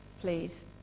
please